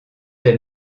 des